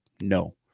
no